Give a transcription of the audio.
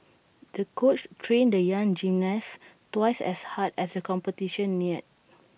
the coach trained the young gymnast twice as hard as the competition neared